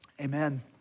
Amen